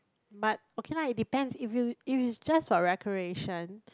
but okay lah it depends if it's if it's just for recreation